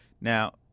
Now